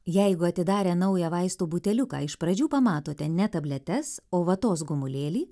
jeigu atidarę naują vaistų buteliuką iš pradžių pamatote ne tabletes o vatos gumulėlį